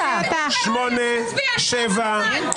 אתם יצורים שפלים.